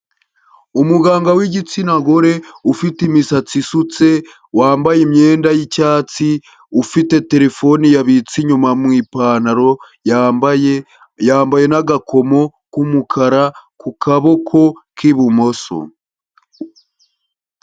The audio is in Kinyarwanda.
Umuganga w'igitsina gore, ufite imisatsi isutse, wambaye imyenda y'icyatsi, ufite terefone yabitse inyuma mu ipantaro yambaye, yambaye n'agakomo k'umukara, ku kaboko k'ibumoso.